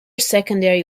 secondary